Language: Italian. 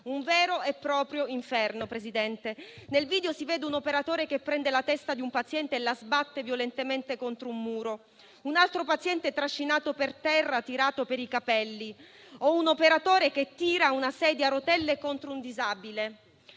Un vero e proprio inferno, signor Presidente. Nel video si vede un operatore che prende la testa di un paziente e la sbatte violentemente contro un muro; un altro paziente trascinato per terra, tirato per i capelli; un operatore che tira una sedia a rotelle contro un disabile.